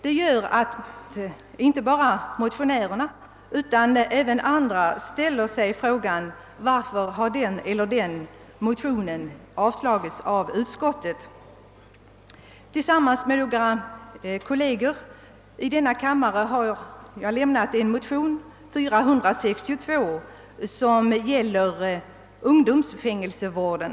Det gör att inte bara motionärerna utan även andra ställer sig frågan: Varför har den eller den motionen avstyrkts av utskottet? Tillsammans med några kolleger i denna kammare har jag väckt en motion nr 630, likalydande med motionen 1: 462 som gäller ungdomsfängelsevården.